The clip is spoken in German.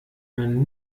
man